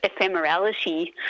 ephemerality